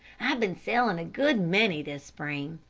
i've been selling a good many this spring.